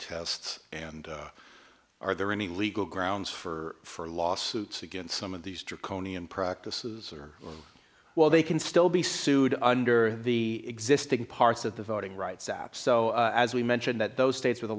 tests and are there any legal grounds for lawsuits against some of these draconian practices or well they can still be sued under the existing parts of the voting rights act so as we mentioned that those states with a